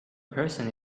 person